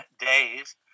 days